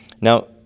now